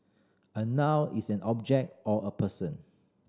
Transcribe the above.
a noun is an object or a person